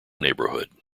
neighborhood